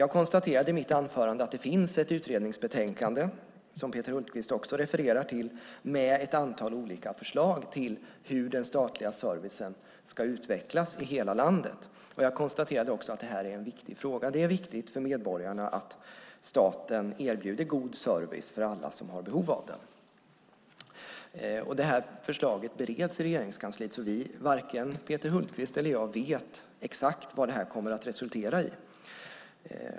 I mitt anförande konstaterade jag att det finns ett utredningsbetänkande, som Peter Hultqvist också refererar till, med ett antal olika förslag till hur den statliga servicen ska utvecklas i hela landet. Jag konstaterade också att det här är en viktig fråga. Det är viktigt för medborgarna att staten erbjuder god service för alla som har behov av den. Det här förslaget bereds i Regeringskansliet. Varken Peter Hultqvist eller jag vet exakt vad det här kommer att resultera i.